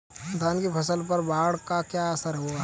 धान की फसल पर बाढ़ का क्या असर होगा?